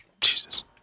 Jesus